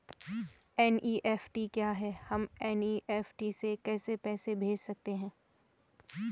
NEFT क्या है हम एन.ई.एफ.टी से कैसे पैसे भेज सकते हैं?